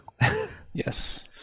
yes